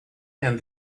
and